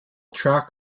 track